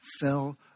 fell